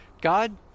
God